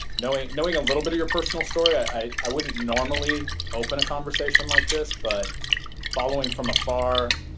knowing knowing a little bit of your personal story, i i wouldn't normally open a conversation like this but following from afar,